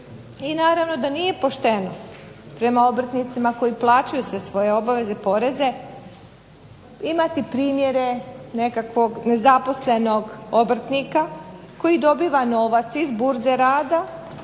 I naravno da nije pošteno prema obrtnicima koji plaćaju sve svoje obaveze i poreze imati primjere nekakvog nezaposlenog obrtnika koji dobiva novac i s Burze rada,